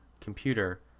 computer